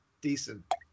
Decent